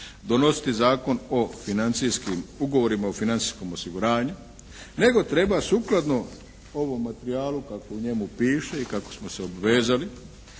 donositi Zakon o financijskim, Ugovorima o financijskom osiguranju, nego treba sukladno ovom materijalu kako u njemu piše i kako smo se obvezali